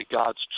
God's